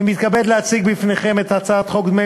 אני מתכבד להציג בפניכם את הצעת חוק דמי